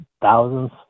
thousands